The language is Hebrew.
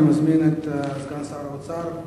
אני מזמין את סגן שר האוצר,